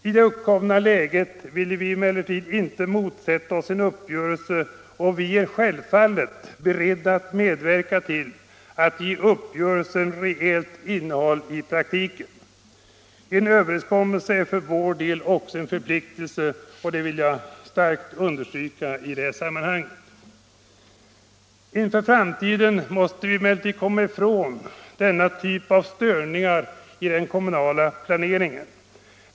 I det uppkomna läget ville vi emellertid inte motsätta oss en uppgörelse, och vi är självfallet beredda att medverka till att ge uppgörelsen reellt innehåll i praktiken. En överenskommelse är för vår del också en förpliktelse. För framtiden måste vi emellertid komma ifrån denna typ av störningar i den kommunala planeringen.